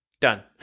Done